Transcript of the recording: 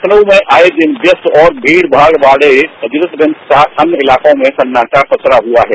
लखनऊ में आए दिन व्यस्त और भीड़ भाड़ वाले हजरतगंज तथा अन्य इलाकों में सन्नाटा पसरा हुआ है